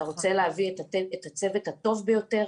אתה רוצה להביא את הצוות הטוב ביותר